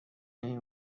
نمی